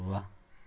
वाह